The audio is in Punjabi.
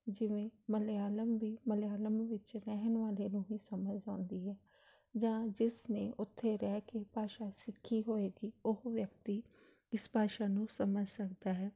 ਜਿਵੇਂ ਮਲਿਆਲਮ ਵੀ ਮਲਿਆਲਮ ਵਿੱਚ ਰਹਿਣ ਵਾਲੇ ਨੂੰ ਵੀ ਸਮਝ ਆਉਂਦੀ ਹੈ ਜਾਂ ਜਿਸ ਨੇ ਉੱਥੇ ਰਹਿ ਕੇ ਭਾਸ਼ਾ ਸਿੱਖੀ ਹੋਏਗੀ ਉਹ ਵਿਅਕਤੀ ਇਸ ਭਾਸ਼ਾ ਨੂੰ ਸਮਝ ਸਕਦਾ ਹੈ